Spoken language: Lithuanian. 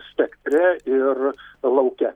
spektre ir lauke